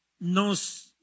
nos